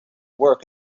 work